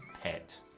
Pet